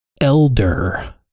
elder